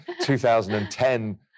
2010